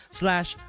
slash